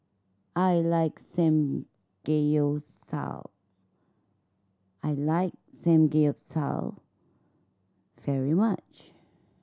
I like Samgeyopsal I like Samgeyopsal very much